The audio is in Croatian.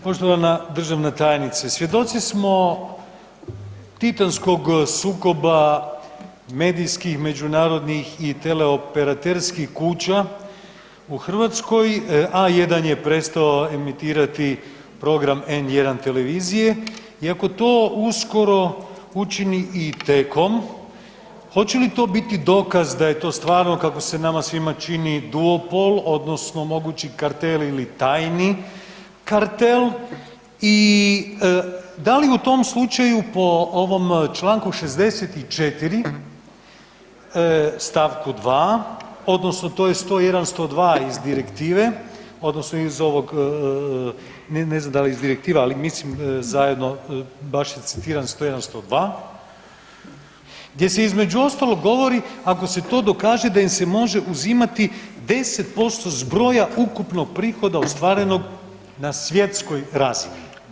Poštovana državna tajnice svjedoci smo titanskog sukoba medijskih međunarodnih i teleoperaterskih kuća u Hrvatskoj A1 je prestao emitirati program N1 televizije i ako to uskoro učini i Tcom hoće li to biti dokaz da je to stvarno kako se nama svima čini duopol odnosno mogući kartel ili tajni kartel i da li u tom slučaju po ovom Članku 64. stavku 2. odnosno to je 101., 102. iz direktive odnosno iz ovog ne znam da li iz direktive ali mislim zajedno baš je citiran 101., 102., gdje se između ostalog govori ako se to dokaže da im se može uzimati 10% zbroja ukupnog prihoda ostvarenog na svjetskoj razini